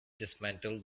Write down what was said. dismantled